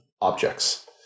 objects